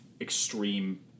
extreme